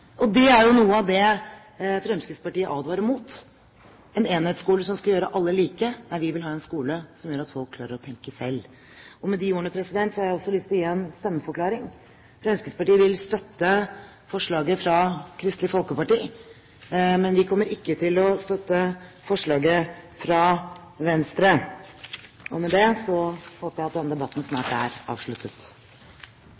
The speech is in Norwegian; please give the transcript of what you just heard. og det er jo noe av det Fremskrittspartiet advarer mot, nemlig en enhetsskole som skal gjøre alle like, mens vi vil ha en skole som gjør at folk klarer å tenke selv. Med de ordene har jeg lyst til å gi en stemmeforklaring. Fremskrittspartiet vil støtte forslaget fra Kristelig Folkeparti, men vi kommer ikke til å støtte forslaget fra Venstre. Med det håper jeg at denne debatten